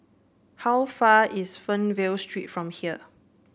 how far is Fernvale Street from here